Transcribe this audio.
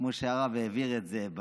כמו שהרב העביר את זה,